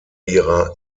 ihrer